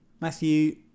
matthew